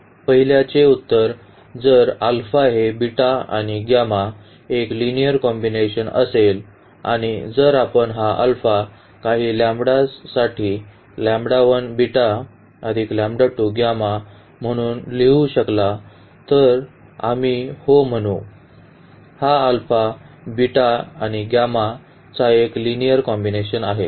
पहिल्याचे उत्तर जर हे आणि एक लिनिअर कॉम्बिनेशन असेल आणि जर आपण हा अल्फा काही साठी म्हणून लिहू शकला तर आम्ही हो म्हणू हा अल्फा आणि चा एक लिनिअर कॉम्बिनेशन आहे